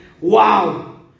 Wow